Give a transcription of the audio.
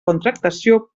contractació